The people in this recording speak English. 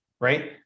right